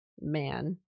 man